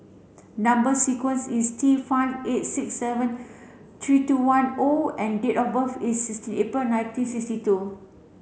number sequence is T five eight six seven three two one O and date of birth is sixty April nineteen sixty two